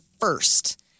first